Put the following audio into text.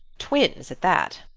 twins, at that.